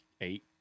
eight